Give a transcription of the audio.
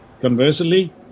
Conversely